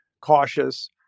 cautious